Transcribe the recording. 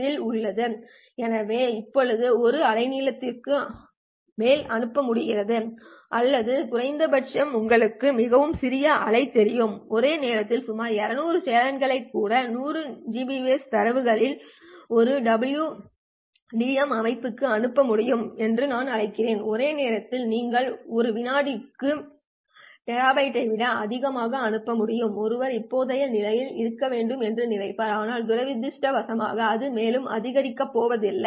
இல் உள்ளது எனவே இப்போது 1 அலை நீளத்திற்கு மேல் அனுப்ப முடிகிறது அல்லது குறைந்த பட்சம் உங்களுக்கு மிகச் சிறிய அலை தெரியும் ஒரே நேரத்தில் சுமார் 200 சேனல்களைக் கொண்ட 100 Gbps தரவையும் ஒரு DWDM அமைப்பையும் அனுப்ப முடியும் என்று நான் அழைக்கிறேன் ஒரே நேரத்தில் நீங்கள் ஒரு விநாடிக்கு டெராபிட்களை விட அதிகமாக அனுப்ப முடியும் ஒருவர் இப்போதைய நிலையில் இருக்க வேண்டும் என்று நினைப்பார் ஆனால் துரதிர்ஷ்டவசமாக அது மேலும் அதிகரிக்கப் போவதில்லை